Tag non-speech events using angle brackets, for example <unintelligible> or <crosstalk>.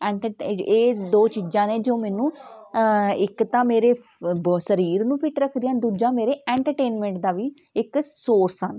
<unintelligible> ਇਹ ਦੋ ਚੀਜ਼ਾਂ ਨੇ ਜੋ ਮੈਨੂੰ ਇੱਕ ਤਾਂ ਮੇਰੇ ਬ ਸਰੀਰ ਨੂੰ ਫਿੱਟ ਰੱਖਦੀਆਂ ਦੂਜਾ ਮੇਰੇ ਐਂਟਰਟੇਨਮੈਂਟ ਦਾ ਵੀ ਇੱਕ ਸੋਰਸ ਹਨ